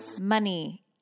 money